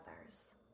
others